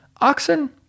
Oxen